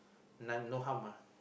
non no harm ah